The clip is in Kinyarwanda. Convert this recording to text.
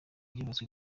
yubatswe